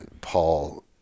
Paul